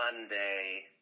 Monday